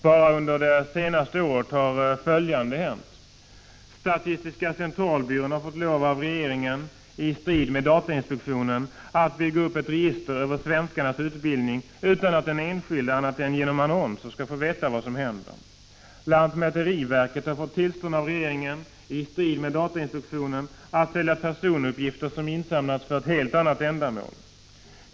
Bara under den senaste tiden har följande hänt: Statistiska centralbyrån har av regeringen, i strid med datainspektionens åsikt, fått lov att bygga upp ett register över svenskarnas utbildning utan att den enskilde på annat sätt än genom annonser skall få veta vad som händer. Lantmäteriverket har av regeringen, i strid med datainspektionens mening, fått tillstånd att sälja personuppgifter som insamlats för ett helt annat ändamål.